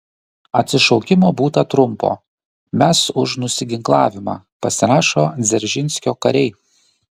atsišaukimo būta trumpo mes už nusiginklavimą pasirašo dzeržinskio kariai